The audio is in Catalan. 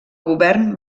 govern